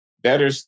better